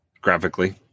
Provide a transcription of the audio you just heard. graphically